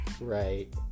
Right